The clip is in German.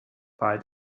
bei